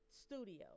studio